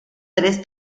tres